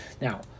Now